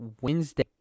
Wednesday